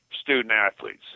student-athletes